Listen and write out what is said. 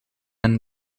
een